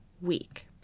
week